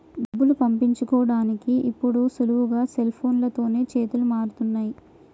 డబ్బులు పంపించుకోడానికి ఇప్పుడు సులువుగా సెల్ఫోన్లతోనే చేతులు మారుతున్నయ్